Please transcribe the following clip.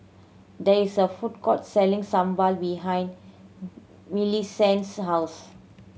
there is a food court selling sambal behind Millicent's house